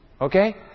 Okay